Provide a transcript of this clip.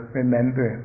remember